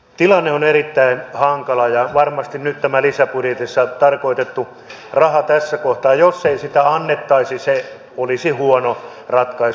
tilanne on erittäin hankala ja varmasti nyt jos tätä lisäbudjetissa tarkoitettua rahaa tässä kohtaa ei annettaisi se olisi huono ratkaisu